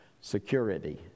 security